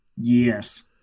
Yes